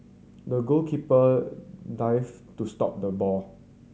the goalkeeper dived to stop the ball